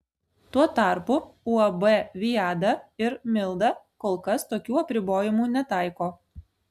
tuo tarpu uab viada ir milda kol kas tokių apribojimų netaiko